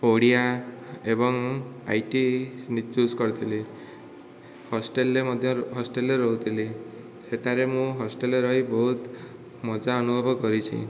ଓଡ଼ିଆ ଏବଂ I T choose କରିଥିଲି ହଷ୍ଟେଲରେ ମଧ୍ୟ ହଷ୍ଟେଲରେ ରହୁଥିଲି ସେଠାରେ ମୁଁ ହଷ୍ଟେଲରେ ରହି ବହୁତ ମଜା ଅନୁଭବ କରିଛି